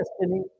destiny